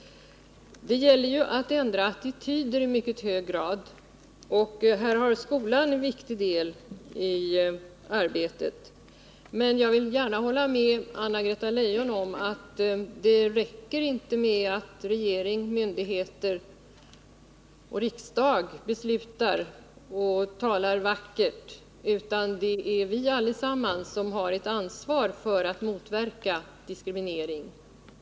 Det gäller ju i mycket hög grad att ändra attityder, och här har skolan en viktig uppgift. Jag vill emellertid gärna hålla med Anna-Greta Leijon om att det inte räcker med att regering, myndigheter och riksdag beslutar och talar vackert. Allesammans har vi ett ansvar för att motverka diskriminering.